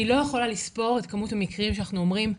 אני לא יכולה לספור את כמות המקרים שאנחנו אומרים,